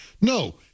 No